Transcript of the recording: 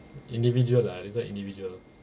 individual lah this one individual